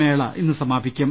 മേള് ഇന്ന് സമാപിക്കും